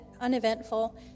uneventful